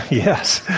yes.